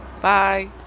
Bye